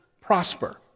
prosper